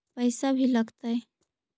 पैसा भी लगतय?